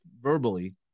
verbally